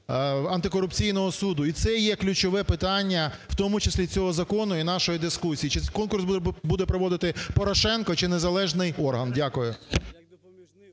антикорупційного суду. І це є ключове питання, в тому числі цього закону і нашої дискусії: чи конкурс буде проводити Порошенко, чи незалежний орган. Дякую.